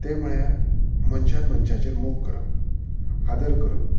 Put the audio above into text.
तें म्हळ्यार मनशान मनशाचेर मोग करप आदर करप